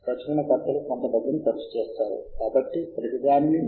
com కి login అవ్వండి మరియు వెబ్సైట్ అప్పుడు my EndNote web dot com కి myendnoteweb